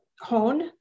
hone